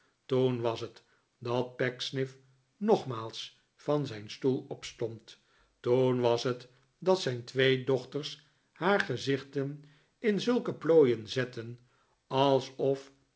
toen was het dat pecksniff nogmaals van zijn stoel opstond toen was het dat zijn twee dochters haar gezichten in zulke plooien zetten alsof